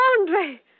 andre